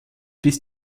bis